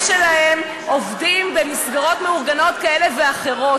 שלהם עובדים במסגרות מאורגנות כאלה ואחרות.